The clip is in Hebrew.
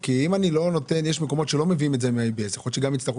כי יש מקומות שלא מביאים את זה עם ABS יכול להיות שיצטרכו